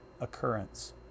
occurrence